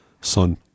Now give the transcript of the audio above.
son